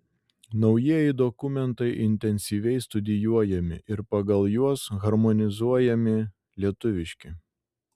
naujieji dokumentai intensyviai studijuojami ir pagal juos harmonizuojami lietuviški